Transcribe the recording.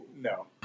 No